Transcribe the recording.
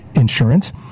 insurance